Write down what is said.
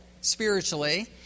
spiritually